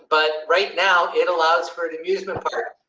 but right now it allows for an amusement park.